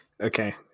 okay